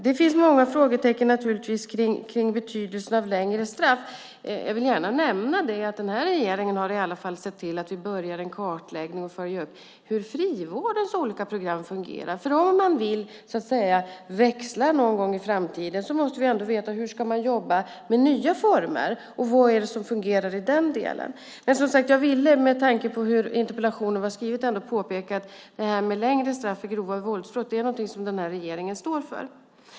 Det finns naturligtvis många frågetecken kring betydelsen av längre straff. Jag vill gärna nämna att den här regeringen har sett till att börja en kartläggning av hur frivårdens olika program fungerar. Om vi vill växla någon gång i framtiden måste vi ändå veta hur man ska jobba med nya former och vad som fungerar i den delen. Jag ville med tanke på hur interpellationen var skriven ändå påpeka att längre straff för grova våldsbrott är något som regeringen står för.